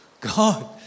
God